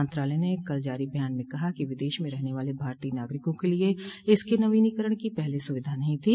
मंत्रालय ने कल जारी बयान में कहा है कि विदेश में रहने वाले भारतीय नागरिकों के लिए इसके नवीनीकरण की पहले कोई सुविधा नहीं थी